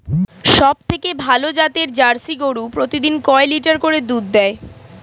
সবথেকে ভালো জাতের জার্সি গরু প্রতিদিন কয় লিটার করে দুধ দেয়?